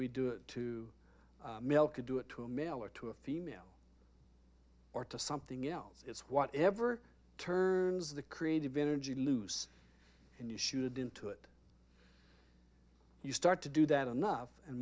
we do it to male could do it to a male or to a female or to something else it's whatever turns the creative energy loose and you should into it you start to do that enough and